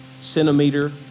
centimeter